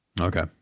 okay